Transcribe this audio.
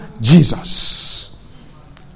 Jesus